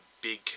big